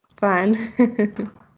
Fun